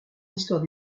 histoire